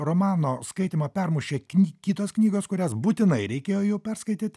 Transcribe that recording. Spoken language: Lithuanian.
romano skaitymą permušė kitos knygos kurias būtinai reikėjo jau perskaityt